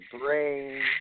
brain